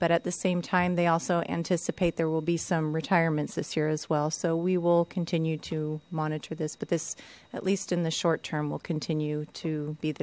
but at the same time they also anticipate there will be some retirements this year as well so we will continue to monitor this but this at least in the short term will continue to be the